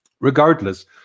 regardless